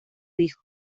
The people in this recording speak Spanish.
hijo